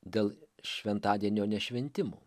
dėl šventadienio nešventimu